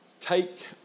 take